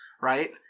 Right